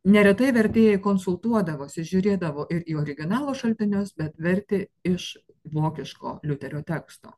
neretai vertėjai konsultuodavosi žiūrėdavo ir į originalo šaltinius bet vertė iš vokiško liuterio teksto